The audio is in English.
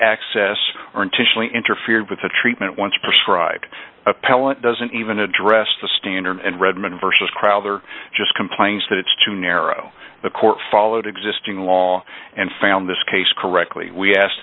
access or intentionally interfered with the treatment once prescribed appellant doesn't even address the standard and redmond versus crowther just complains that it's too narrow the court followed existing law and found this case correctly we asked t